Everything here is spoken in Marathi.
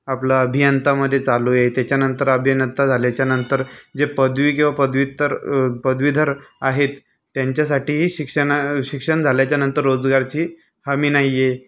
आपला अभियंतामध्ये चालू आहे त्याच्यानंतर अभिनत्ता झालच्यानंतर जे पदवी किंवा पदव्युत्तर पदवीधर आहेत त्यांच्यासाठीही शिक्षणा शिक्षण झाल्यानंतर रोजगारची हमी नाही आहे